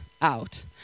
out